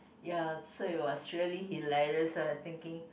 ya so it was really hilarious uh thinking